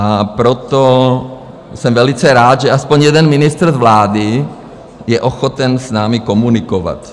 A proto jsem velice rád, že aspoň jeden ministr z vlády je ochoten s námi komunikovat.